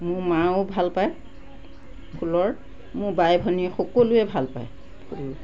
মোৰ মায়ো ভালপায় ফুলৰ মোৰ বাই ভনী সকলোৱে ভালপায় ফুল